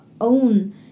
own